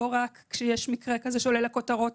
לא רק כשיש מקרה כזה שעולה לכותרות,